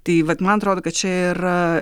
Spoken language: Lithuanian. tai vat man atrodo kad čia yra